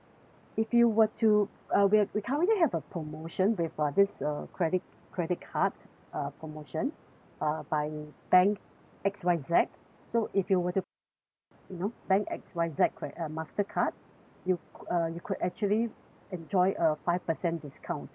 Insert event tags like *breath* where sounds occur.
if you were to uh we have we currently have a promotion with uh this uh credit credit card uh promotion uh by bank X Y Z so if you were to pay by you know bank X Y Z cre~ uh mastercard *breath* you uh you could actually enjoy a five percent discount